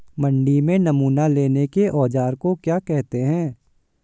मंडी में नमूना लेने के औज़ार को क्या कहते हैं?